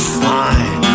fine